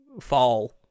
fall